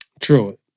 True